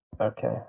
okay